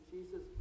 Jesus